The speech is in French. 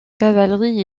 cavalerie